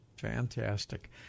fantastic